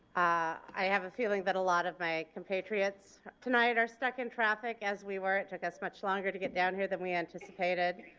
i have a feeling that a lot of my compatriots tonight are stuck in traffic as we were. it took us much longer to get down here than we anticipated.